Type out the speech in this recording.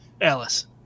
Alice